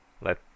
Let